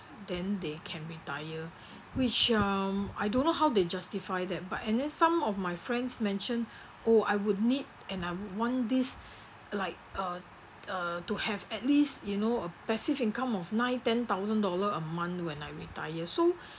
then they can retire which um I don't know how they justify that but and then some of my friends mention oh I would need and I want this like uh uh to have at least you know a passive income of nine ten thousand dollar a month when I retire so